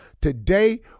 Today